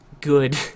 good